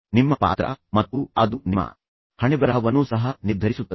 ನಿಮ್ಮ ಪಾತ್ರ ಮತ್ತು ಅದು ನಿಮ್ಮ ಹಣೆಬರಹವನ್ನು ಸಹ ನಿರ್ಧರಿಸುತ್ತದೆ